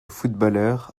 footballeur